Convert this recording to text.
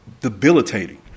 debilitating